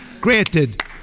granted